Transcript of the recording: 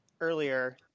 earlier